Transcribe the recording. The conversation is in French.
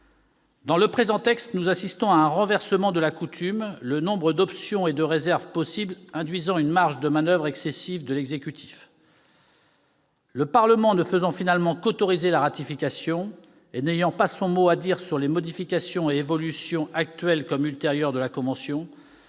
Dans le présent texte, nous assistons à un renversement de la coutume, le nombre d'options et de réserves possibles induisant une marge de manoeuvre excessive de l'exécutif. Le Parlement ne fait finalement qu'autoriser la ratification et n'a pas son mot à dire sur les modifications et évolutions actuelles comme ultérieures de la convention.